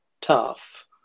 tough